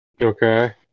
Okay